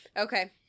Okay